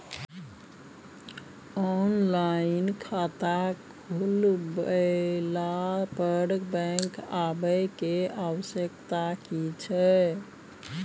Online खाता खुलवैला पर बैंक आबै के आवश्यकता छै की?